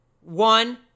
one